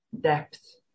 depth